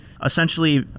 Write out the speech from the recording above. essentially